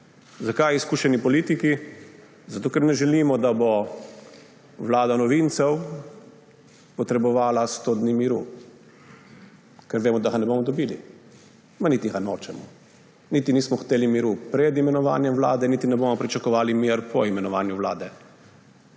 Zakaj izkušeni politiki? Zato, ker ne želimo, da bo vlada novincev potrebovala 100 dni miru, ker vemo, da ga ne bomo dobili, niti ga nočemo. Niti nismo hoteli miru pred imenovanjem vlade niti ne bomo pričakovali miru po imenovanju vlade.